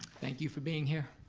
thank you for being here.